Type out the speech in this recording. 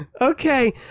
Okay